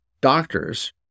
doctors